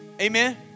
Amen